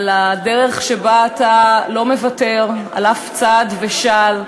על הדרך שבה אתה לא מוותר על אף צעד ושעל,